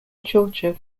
georgia